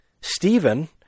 Stephen